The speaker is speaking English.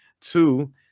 Two